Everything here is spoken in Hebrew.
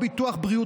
חבר הכנסת ארבל,